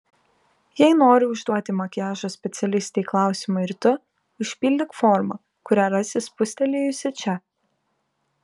jei nori užduoti makiažo specialistei klausimą ir tu užpildyk formą kurią rasi spustelėjusi čia